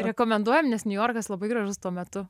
rekomenduojam nes niujorkas labai gražus tuo metu